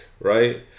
right